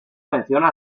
menciona